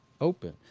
open